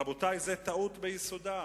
רבותי, זאת טעות ביסודה,